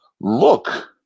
look